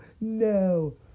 no